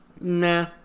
Nah